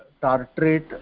tartrate